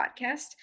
podcast